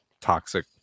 toxic